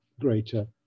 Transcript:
greater